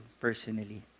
personally